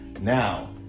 Now